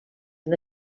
una